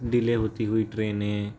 delay होती हुई ट्रेनें